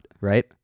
right